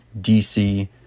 DC